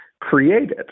created